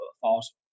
false